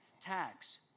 tax